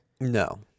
No